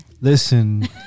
listen